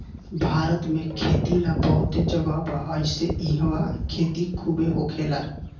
भारत में खेती ला बहुते जगह बा एहिसे इहवा खेती खुबे होखेला